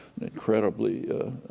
incredibly